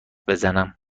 بزنم